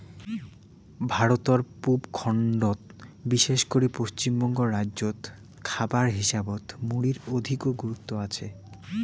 ভারতর পুব খণ্ডত বিশেষ করি পশ্চিমবঙ্গ রাইজ্যত খাবার হিসাবত মুড়ির অধিকো গুরুত্ব আচে